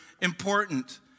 important